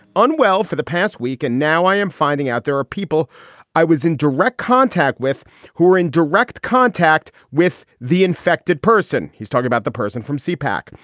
unwell for the past week, and now i am finding out there are people i was in direct contact with who were in direct contact with the infected person. he's talking about the person from c-pac.